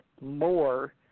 more